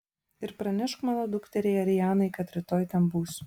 ir pranešk mano dukteriai arianai kad rytoj ten būsiu